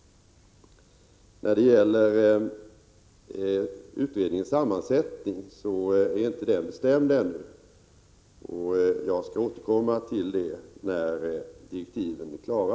Utredningens sammansättning är inte bestämd ännu, och jag återkommer till den när direktiven är klara.